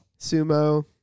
sumo